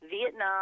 Vietnam